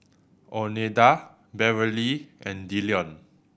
Oneida Beverly and Dillon